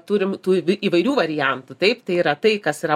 turim tų įvairių variantų taip tai yra tai kas yra